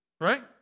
right